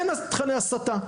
אין תכני הסתה.